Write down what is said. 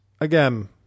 again